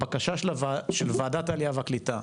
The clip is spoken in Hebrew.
הבקשה של וועדת העלייה והקליטה,